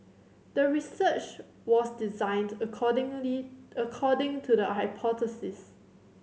the research was designed accordingly according to the hypothesis